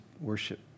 worship